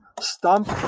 Stump